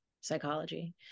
psychology